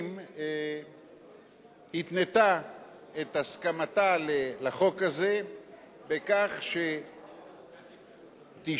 השרים התנתה את הסכמתה לחוק הזה בכך שתישאר